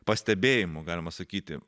pastebėjimų galima sakyti